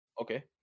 okay